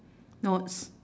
notes